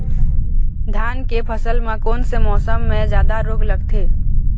धान के फसल मे कोन से मौसम मे जादा रोग लगथे?